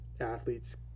athletes